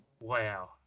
Wow